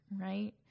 right